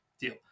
deal